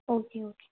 okay okay